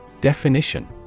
Definition